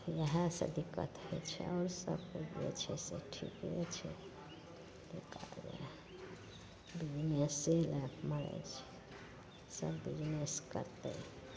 इएहसब दिक्कत होइ छै आओर सब तऽ जे छै से ठिके छै कि करबै